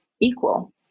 equal